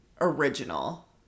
original